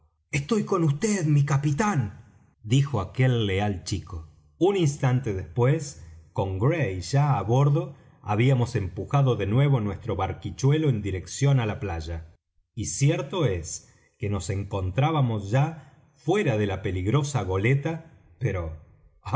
estoy con vd mi capitán dijo aquel leal chico un instante después con gray ya á bordo habíamos empujado de nuevo nuestro barquichuelo en dirección á la playa y cierto es que nos encontrábamos ya fuera de la peligrosa goleta pero